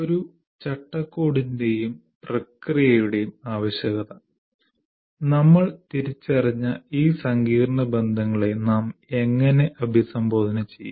ഒരു ചട്ടക്കൂടിന്റെയും പ്രക്രിയയുടെയും ആവശ്യകത നമ്മൾ തിരിച്ചറിഞ്ഞ ഈ സങ്കീർണ്ണ ബന്ധങ്ങളെ നാം എങ്ങനെ അഭിസംബോധന ചെയ്യും